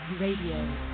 Radio